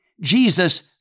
Jesus